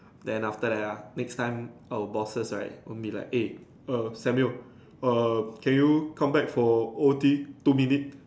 then after that next time our bosses right won't be like eh err Samuel err can you come back for O_T two minutes